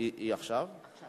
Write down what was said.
והוא שהסמיך אותך לברך גם בשמו.